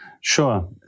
Sure